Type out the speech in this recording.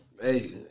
Hey